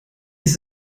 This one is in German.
ist